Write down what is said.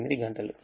88 గంటలు